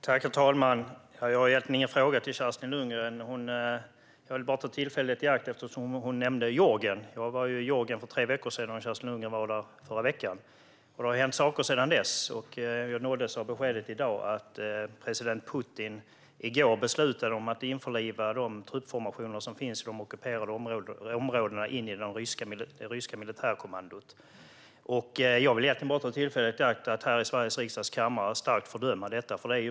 Herr talman! Jag har egentligen ingen fråga till Kerstin Lundgren. Jag vill bara ta detta tillfälle i akt, eftersom hon nämnde Georgien. Jag var i Georgien för tre veckor sedan, och Kerstin Lundgren var där i förra veckan. Det har hänt saker sedan dess. I dag nåddes jag av beskedet att president Putin i går beslutade att införliva de truppformationer som finns på de ockuperade områdena i det ryska militärkommandot. Jag vill egentligen bara ta tillfället i akt att här i Sveriges riksdags kammare starkt fördöma detta.